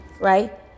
Right